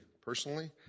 personally